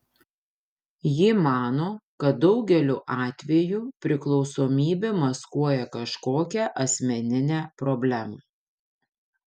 ji mano kad daugeliu atveju priklausomybė maskuoja kažkokią asmeninę problemą